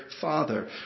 Father